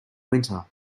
winter